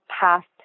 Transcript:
past